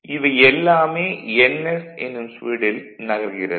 இவை எல்லாமே ns என்னும் ஸ்பீடில் நகர்கிறது